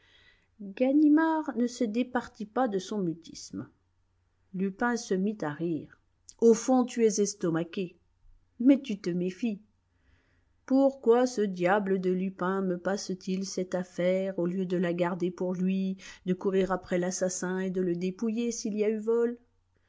ganimard ne se départit pas de son mutisme lupin se mit à rire au fond tu es estomaqué mais tu te méfies pourquoi ce diable de lupin me passe-t-il cette affaire au lieu de la garder pour lui de courir après l'assassin et de le dépouiller s'il y a eu vol